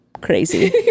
Crazy